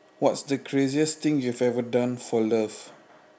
what is the craziest thing you have ever done for love